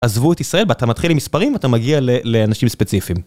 עזבו את ישראל ואתה מתחיל עם מספרים ואתה מגיע לאנשים ספציפיים.